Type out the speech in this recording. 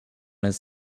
his